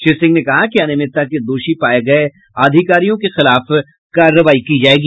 श्री सिंह ने कहा कि अनियमितता के दोषी पाये गये अधिकारियों के खिलाफ कार्रवाई की जायेगी